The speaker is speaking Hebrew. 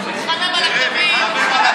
הוא מתחמם על הקווים.